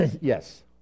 Yes